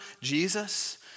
Jesus